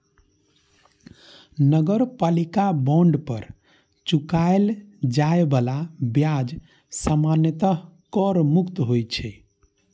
नगरपालिका बांड पर चुकाएल जाए बला ब्याज सामान्यतः कर मुक्त होइ छै